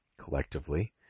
collectively